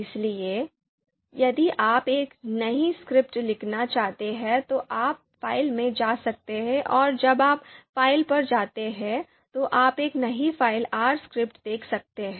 इसलिए यदि आप एक नई स्क्रिप्ट लिखना चाहते हैं तो आप फाइल में जा सकते हैं और जब आप फाइल पर जाते हैं तो आप एक नई फाइल R स्क्रिप्ट देख सकते हैं